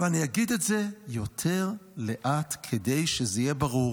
ואני אגיד את זה יותר לאט, כדי שזה יהיה ברור,